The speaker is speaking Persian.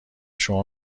شما